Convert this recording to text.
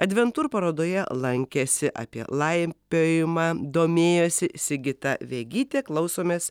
adventur parodoje lankėsi apie laipiojimą domėjosi sigita vegytė klausomės